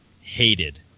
hated